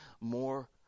more